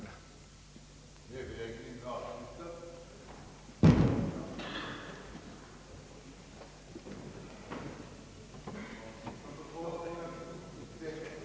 År och dag som ovan.